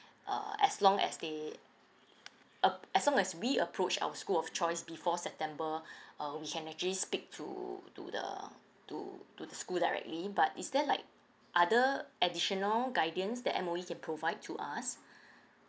uh as long as they ap~ as long as we approach our school of choice before september uh we can actually speak to to the to to the school directly but is there like other additional guidance that M_O_E can provide to us